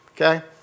okay